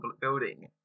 building